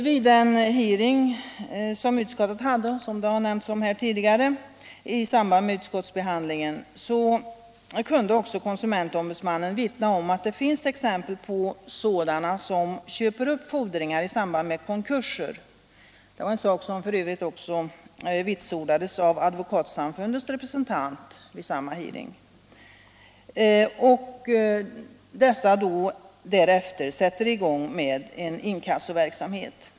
Vid den tidigare nämnda hearing som utskottet hade i samband med utskottsbehandlingen kunde också konsumentombudsmannen vittna om att det finns exempel på att fordringar köps upp i samband med konkurser — en sak som f. ö. också vitsordades av Advokatsamfundets representant vid samma hearing — och att man därefter sätter i gång en inkassoverksamhet.